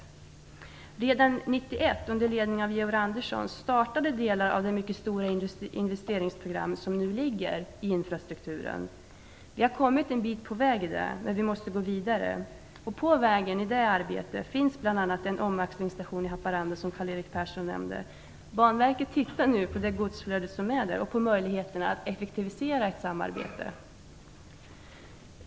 Redan 1991, under ledning av Georg Andersson, startades delar av det mycket stora investeringsprogram som nu gäller infrastrukturen. Vi har kommit en bit på väg, men vi måste gå vidare. På vägen, i det arbetet, finns bl.a. en omaxlingsstation i Haparanda, som Karl-Erik Persson nämnde. Banverket tittar nu på godsflödet och på möjligheterna att effektivisera ett samarbete.